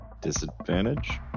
Disadvantage